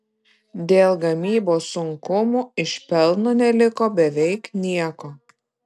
dėl gamybos sunkumų iš pelno neliko beveik nieko